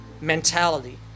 mentality